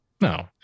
no